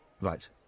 Right